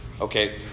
Okay